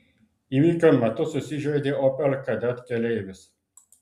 įvykio metu susižeidė opel kadett keleivis